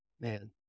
Man